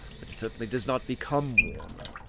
but it certainly does not become warmer.